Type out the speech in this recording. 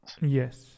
Yes